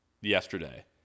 yesterday